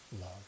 love